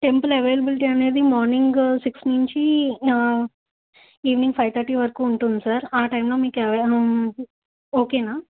temple availability అనేది morning six నించి evening five thirty వరకు ఉంటుంది సార్ ఆ టైంలో మీకు ఏమైనా ఓకేనా